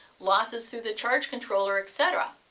losses through the charge controller, etc.